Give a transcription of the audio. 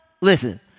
Listen